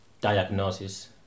diagnosis